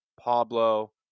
Pablo